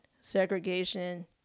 segregation